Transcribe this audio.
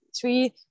three